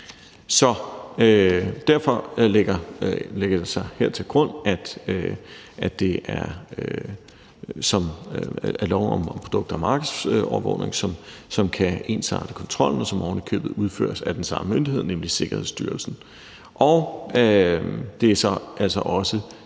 Så derfor lægges der her til grund, at det er lov om produkter og markedsovervågning, som kan ensarte kontrollen, som oven i købet udføres af den samme myndighed, nemlig Sikkerhedsstyrelsen. Det er altså også